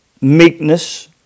meekness